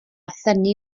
thynnu